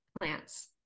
plants